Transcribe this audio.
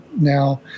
now